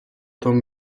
tom